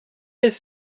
his